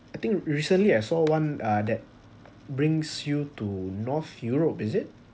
I think recently I saw one ah that brings you to north europe is it